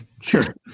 sure